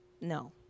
no